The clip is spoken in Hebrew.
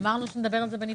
אמרנו שנדבר על זה בנפרד.